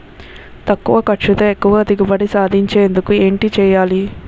తక్కువ ఖర్చుతో ఎక్కువ దిగుబడి సాధించేందుకు ఏంటి చేయాలి?